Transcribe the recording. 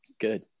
Good